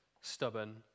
stubborn